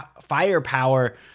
firepower